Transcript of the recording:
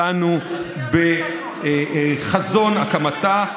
דנו בחזון הקמתה.